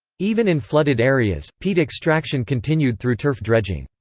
even in flooded areas, peat extraction continued through turf dredging.